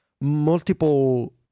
multiple